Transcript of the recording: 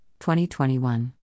2021